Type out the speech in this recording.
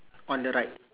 on the right